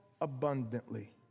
abundantly